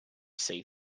sea